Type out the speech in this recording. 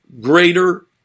greater